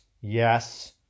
yes